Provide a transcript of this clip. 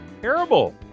Terrible